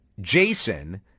jason